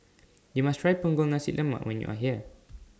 YOU must Try Punggol Nasi Lemak when YOU Are here